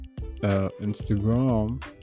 Instagram